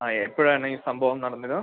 ആ എപ്പോഴാണീ സംഭവം നടന്നത്